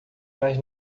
mas